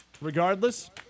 regardless